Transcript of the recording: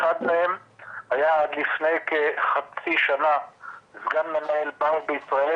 אחד מהם היה עד לפני כחצי שנה סגן מנהל --- בישראל